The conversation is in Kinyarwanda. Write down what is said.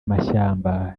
amashyamba